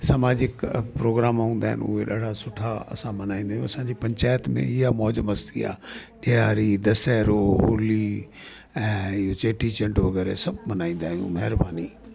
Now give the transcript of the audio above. सामाजिक प्रोग्राम हूंदा आहिनि उहे ॾाढा सुठा असां मल्हाईंदा आहियूं असांजी पंचायत में इहा मौज मस्ती आहे ॾिआरी दशहरो होली ऐं इए चेटी चंड वग़ैरह सब मल्हाईंदा आहियूं महिरबानी